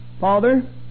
Father